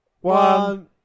One